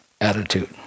attitude